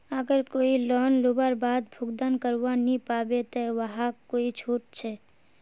अगर कोई लोन लुबार बाद भुगतान करवा नी पाबे ते वहाक कोई छुट छे?